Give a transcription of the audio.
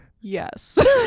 Yes